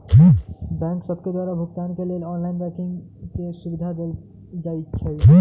bank सभके द्वारा भुगतान के लेल ऑनलाइन बैंकिंग के सुभिधा देल जाइ छै